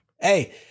hey